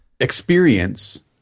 experience